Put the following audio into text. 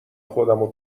خودمو